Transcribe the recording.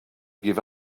give